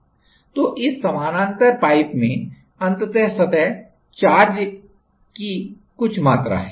तो इस समानांतर पाइप में अंततः सतह चार्ज की कुछ मात्रा है